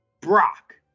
Brock